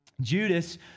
Judas